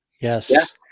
Yes